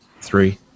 Three